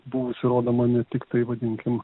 buvusi rodoma ne tiktai vadinkim